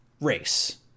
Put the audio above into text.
race